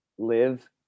Live